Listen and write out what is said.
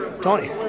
Tony